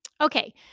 Okay